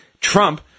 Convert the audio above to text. Trump